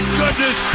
goodness